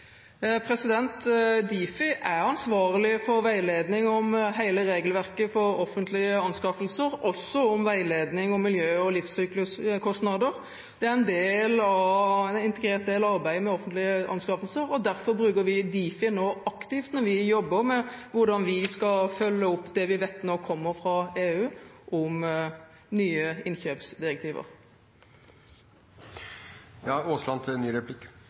Difi er ansvarlig for veiledning i hele regelverket for offentlige anskaffelser, også i miljø- og livssykluskostnader. Det er en integrert del av arbeidet med offentlige anskaffelser, og derfor bruker vi Difi aktivt når vi jobber med hvordan vi skal følge opp det vi nå vet kommer fra EU om nye innkjøpsdirektiver. Da kunne det være fristende å stille følgende oppfølgingsspørsmål: Når statsråden i brev til